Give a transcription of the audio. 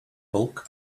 bulk